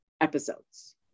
episodes